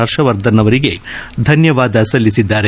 ಹರ್ಷವರ್ಧನ್ ಅವರಿಗೆ ಧನ್ಲವಾದ ಸಲ್ಲಿಸಿದ್ದಾರೆ